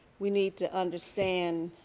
we need to understand